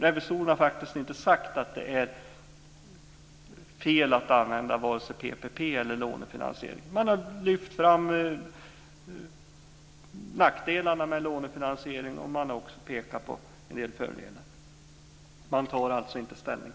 Revisorerna har faktiskt inte sagt att det är fel att använda vare sig PPP eller lånefinansiering. De har lyft fram nackdelarna med lånefinansiering men också pekat på en del fördelar. De tar alltså inte ställning.